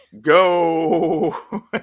Go